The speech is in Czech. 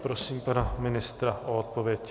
A prosím pana ministra o odpověď.